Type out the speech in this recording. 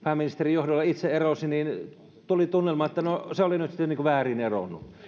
pääministerin johdolla itse erosi tuli tunnelma että se oli niin kuin väärin eronnut